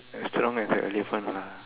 as strong as an elephant ah